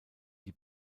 die